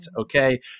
okay